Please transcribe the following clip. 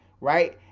right